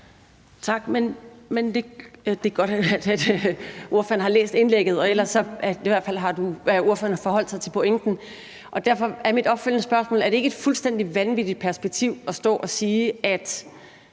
Tak. Det er godt, at ordføreren har læst indlægget, og ellers har ordføreren i hvert fald forholdt sig til pointen. Derfor er mit opfølgende spørgsmål: Er det ikke et fuldstændig vanvittigt perspektiv at stå at sige, at